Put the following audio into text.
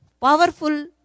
powerful